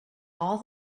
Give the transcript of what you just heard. all